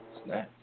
snap